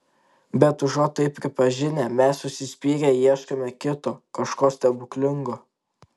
bet užuot tai pripažinę mes užsispyrę ieškome kito kažko stebuklingo